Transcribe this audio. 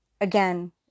again